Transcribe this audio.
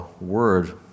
Word